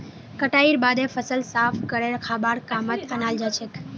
कटाईर बादे फसल साफ करे खाबार कामत अनाल जाछेक